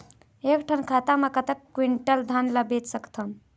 एक ठन खाता मा कतक क्विंटल धान ला बेच सकथन?